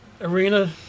Arena